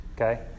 Okay